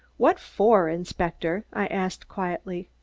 what for, inspector? i asked quietly.